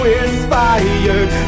inspired